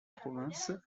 province